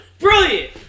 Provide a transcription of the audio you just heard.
Brilliant